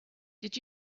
did